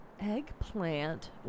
eggplant